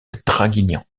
draguignan